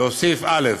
להוסיף: "(א)